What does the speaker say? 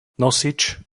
nosič